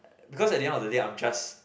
because at the end of the day I'm just